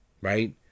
right